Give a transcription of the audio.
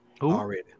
already